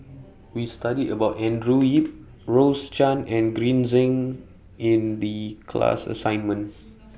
We studied about Andrew Yip Rose Chan and Green Zeng in The class assignment